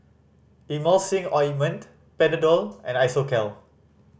Emulsying Ointment Panadol and Isocal